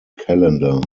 calendar